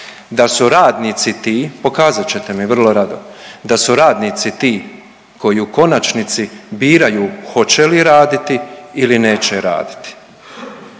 da su radnici ti, pokazat ćete mi vrlo rado, da su radnici ti koji u konačnici biraju hoće li raditi ili neće raditi.